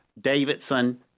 Davidson